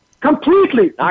Completely